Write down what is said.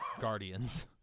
Guardians